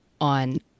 on